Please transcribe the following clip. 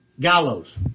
Gallows